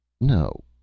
No